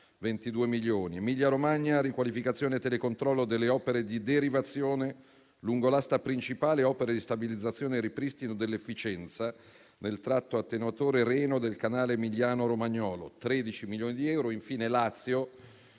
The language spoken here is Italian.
di euro; in Emilia-Romagna, riqualificazione e telecontrollo delle opere di derivazione lungo l'asta principale, opere di stabilizzazione e ripristino dell'efficienza nel tratto attenuatore-Reno del canale emiliano-romagnolo, per 13 milioni di euro; infine, nel Lazio,